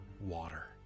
water